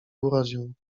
urodził